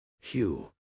Hugh